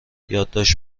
یادداشت